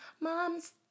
mom's